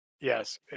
Yes